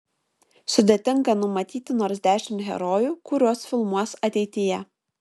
sudėtinga numatyti nors dešimt herojų kuriuos filmuos ateityje